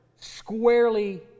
squarely